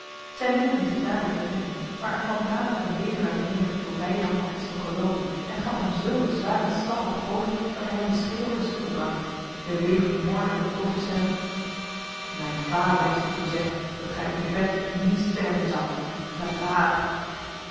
zij meenden zich daardoor te redden maar er kwam dadelijk een wever uit de menigte tot bij jan van gistel gelopen en gaf hem zulke zware slag op het hoofd dat hij hem de schedel aan stukken brak de wever morde met doffe stem mijn vader heeft het u gezegd dat gij op uw bed niet sterven zoudt verrader